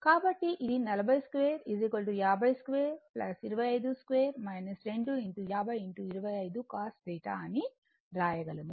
కాబట్టి ఇది 40 2 50 2 25 2 250 25 cos θ అని వ్రాయగలము